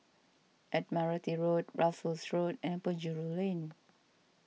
Admiralty Road Russels Road and Penjuru Lane